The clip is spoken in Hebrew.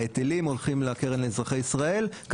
ההיטלים הולכים לקרן לאזרחי ישראל,